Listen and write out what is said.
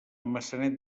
maçanet